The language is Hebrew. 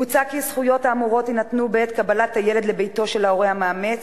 מוצע כי הזכויות האמורות יינתנו בעת קבלת הילד לביתו של ההורה המאמץ,